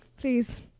Please